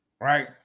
Right